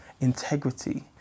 integrity